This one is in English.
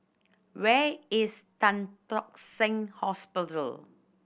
where is Tan Tock Seng Hospital